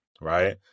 right